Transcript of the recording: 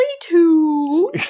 two